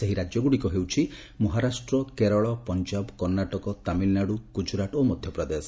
ସେହି ରାଜ୍ୟଗ୍ରଡ଼ିକ ହେଉଛି ମହାରାଷ୍ଟ୍ର କେରଳ ପଞ୍ଜାବ କର୍ଷାଟକ ତାମିଲନାଡୁ ଗୁକ୍ତୁରାଟ୍ ଓ ମଧ୍ୟପ୍ରଦେଶ